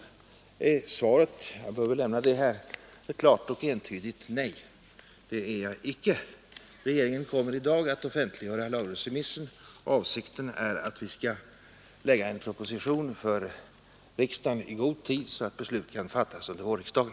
Svaret blir ett klart och entydigt nej. Det är jag icke. Regeringen kommer i dag att offentliggöra lagrådsremissen, och avsikten är att vi skall lägga fram en proposition för riksdagen i god tid så att beslut kan fattas under vårriksdagen.